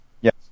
Yes